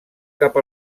cap